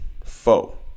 foe